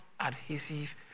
Adhesive